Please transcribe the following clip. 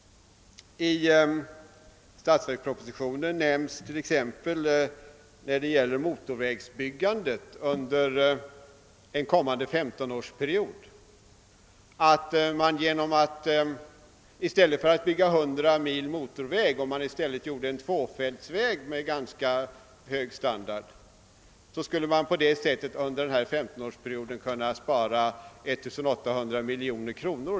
I statsverkspropositionen nämns tt.ex. när det gäller motorvägsbyggandet under en kommande femtonårsperiod att om man i stället för att bygga 100 mil motorvägar gjorde en tvåfältsväg med ganska hög standard, skulle man därigenom under denna femtonårsperiod kunna spara 1800 miljoner kronor.